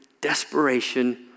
desperation